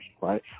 right